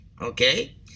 okay